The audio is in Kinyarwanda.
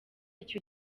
icyo